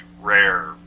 rare